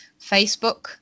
facebook